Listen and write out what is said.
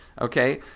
Okay